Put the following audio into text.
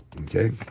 Okay